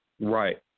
Right